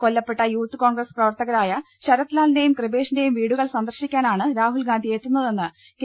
കൊല്ലപ്പെട്ട യൂത്ത് കോൺഗ്രസ് പ്രവർത്തകരായ ശരത്ലാലിന്റെയും കൃപേഷിന്റെയും വീടുകൾ സന്ദർശിക്കാനാണ് രാഹുൽ ഗാന്ധി എത്തുന്നതെന്ന് കെ